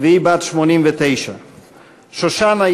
והיא בת 89. שושנה,